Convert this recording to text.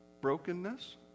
brokenness